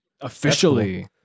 Officially